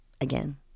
again